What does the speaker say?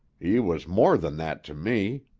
he was more than that to me.